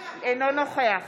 אינו נוכח